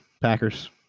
Packers